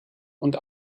und